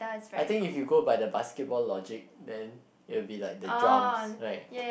I think if you go by the basketball logic then will be like the drums right